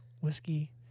Whiskey